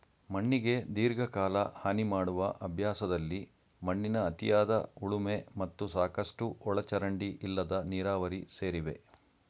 ಮಣ್ಣಿಗೆ ದೀರ್ಘಕಾಲ ಹಾನಿಮಾಡುವ ಅಭ್ಯಾಸದಲ್ಲಿ ಮಣ್ಣಿನ ಅತಿಯಾದ ಉಳುಮೆ ಮತ್ತು ಸಾಕಷ್ಟು ಒಳಚರಂಡಿ ಇಲ್ಲದ ನೀರಾವರಿ ಸೇರಿವೆ